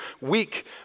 weak